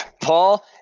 Paul